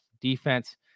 defense